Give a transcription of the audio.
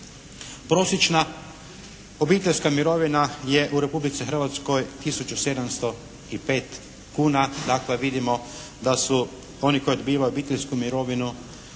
Prosječna obiteljska mirovina je u Republici Hrvatskoj tisuću 705 kuna. Dakle, vidimo da su oni koji dobivaju obiteljsku mirovinu